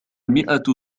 مئة